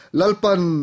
lalpan